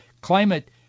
climate